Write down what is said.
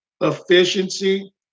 efficiency